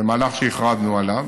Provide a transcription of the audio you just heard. זה מהלך שהכרזנו עליו,